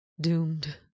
Doomed